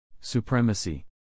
Supremacy